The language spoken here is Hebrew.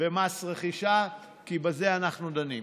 ומס רכישה, כי בזה אנחנו דנים.